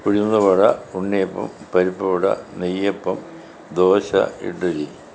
ഉഴുന്നുവട ഉണ്ണിയപ്പം പരിപ്പുവട നെയ്യപ്പം ദോശ ഇഡ്ഡലി